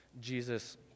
Jesus